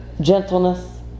gentleness